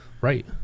Right